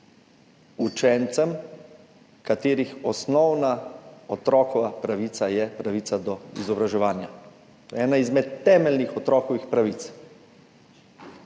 učencem, katerih osnovna otrokova pravica je pravica do izobraževanja. To je ena izmed temeljnih otrokovih pravic.